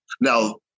Now